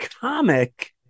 comic